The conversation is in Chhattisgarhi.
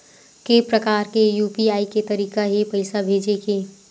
के प्रकार के यू.पी.आई के तरीका हे पईसा भेजे के?